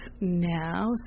now